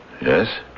Yes